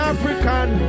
African